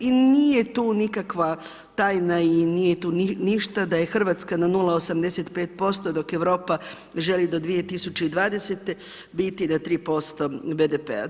I nije tu nikakva tajna i nije tu ništa da je Hrvatska na 0,85%, dok Europa želi do 2020. biti na 3% BDP-a.